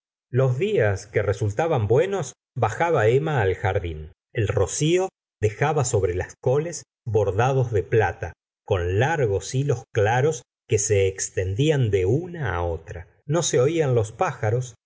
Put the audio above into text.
los días que resultaban buenos bajaba emma al jardín el rocío dejaba sobre las coles bordados de plata con largos hilos claros que se extendían de una á otra no se oían los pájaros